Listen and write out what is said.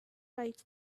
writes